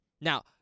Now